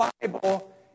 Bible